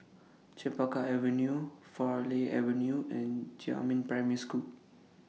Chempaka Avenue Farleigh Avenue and Jiemin Primary School